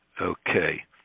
Okay